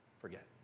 forget